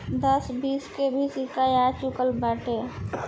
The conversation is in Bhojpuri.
दस बीस के भी सिक्का आ चूकल बाटे